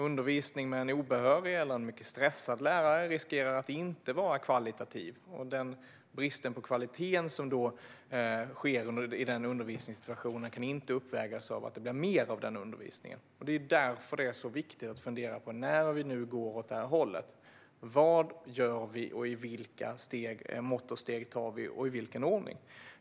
Undervisning från en obehörig eller mycket stressad lärare riskerar att inte vara av god kvalitet, och den brist på kvalitet som uppstår i den undervisningssituationen kan inte uppvägas av att det blir mer av undervisningen. Det är därför det är så viktigt att nu, när vi går åt detta håll, fundera på vad vi gör. Vilka mått och steg tar vi, och i vilken ordning gör vi det?